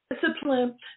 discipline